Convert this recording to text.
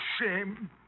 shame